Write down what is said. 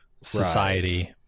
society